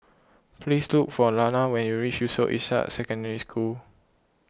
please look for Lana when you reach Yusof Ishak Secondary School